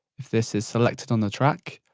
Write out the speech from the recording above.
if this is selected on the track,